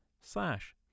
slash